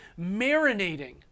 marinating